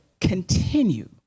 continue